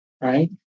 right